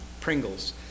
Pringles